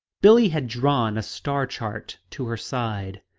billie had drawn a star-chart to her side.